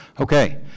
okay